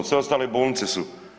Sve ostale bolnice su.